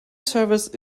service